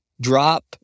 drop